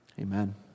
Amen